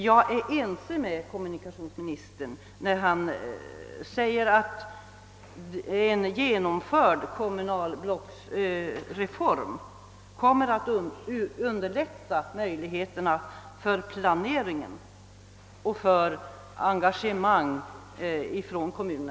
Jag är också ense med kommunikationsministern när han säger att en genomförd kommunblocksreform kommer att underlätta möjligheterna för planeringen och för kommunernas engagemang.